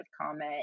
comment